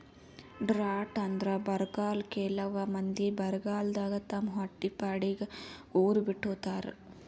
drought ಅಂದ್ರ ಬರ್ಗಾಲ್ ಕೆಲವ್ ಮಂದಿ ಬರಗಾಲದಾಗ್ ತಮ್ ಹೊಟ್ಟಿಪಾಡಿಗ್ ಉರ್ ಬಿಟ್ಟ್ ಹೋತಾರ್